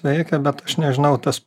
veikia bet aš nežinau tas